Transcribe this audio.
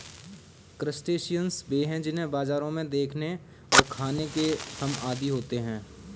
crustaceans वे हैं जिन्हें बाजारों में देखने और खाने के हम आदी होते हैं